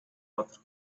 otro